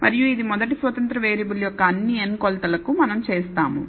మరియు ఇది మొదటి స్వతంత్ర వేరియబుల్ యొక్క అన్ని n కొలతలకు మనం చేస్తాము